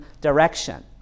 direction